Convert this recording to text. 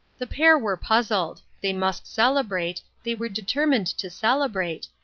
the pair were puzzled. they must celebrate, they were determined to celebrate,